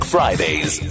Fridays